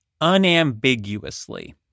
unambiguously